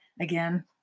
again